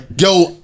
yo